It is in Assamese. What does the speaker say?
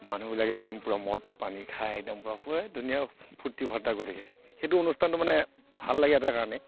মানুহবিলাকে একদম পুৰা মদ পানী খাই একদম পুৰা ধুনীয়া ফূৰ্তি ফাৰ্তা কৰি থাকে সেইটো অনুষ্ঠানটো মানে ভাল লাগে এটা কাৰণে